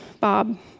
Bob